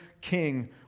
king